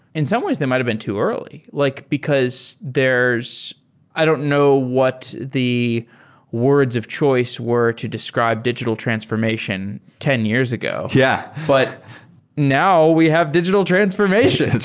in some ways they might've been too early. like because there's i don't know what the words of choice were to describe digital transformation ten years ago. yeah but now we have digital transformation,